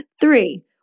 Three